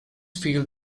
field